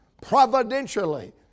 providentially